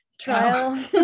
trial